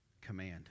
command